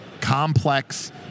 complex